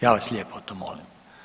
Ja vas lijepo to molim.